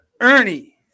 Ernie